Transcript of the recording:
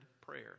prayer